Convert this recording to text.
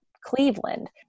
Cleveland